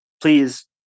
please